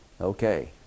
Okay